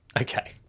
Okay